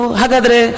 hagadre